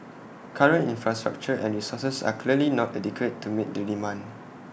current infrastructure and resources are clearly not adequate to meet the demand